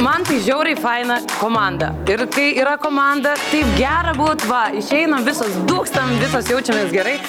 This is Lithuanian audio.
man tai žiauriai faina komanda ir kai yra komanda taip gera būt va išeinam visos dūkstam visos jaučiamės gerai